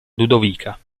ludovica